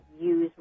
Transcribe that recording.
use